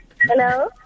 Hello